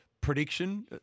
prediction